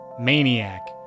maniac